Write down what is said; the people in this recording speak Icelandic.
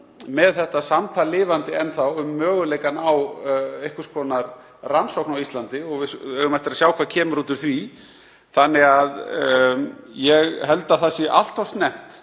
með það samtal lifandi um möguleikann á einhvers konar rannsókn á Íslandi. Við eigum eftir að sjá hvað kemur út úr því. Þannig að ég held að það sé allt of snemmt